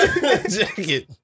jacket